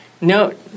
note